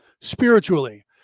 spiritually